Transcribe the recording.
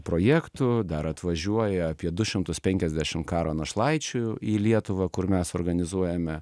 projektų dar atvažiuoja apie du šimtus penkiasdešimt karo našlaičių į lietuvą kur mes organizuojame